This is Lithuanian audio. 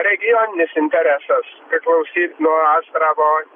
regioninis interesas priklausyt nuo astravo